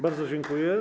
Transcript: Bardzo dziękuję.